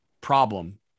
problem